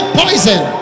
poison